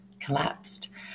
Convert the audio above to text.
collapsed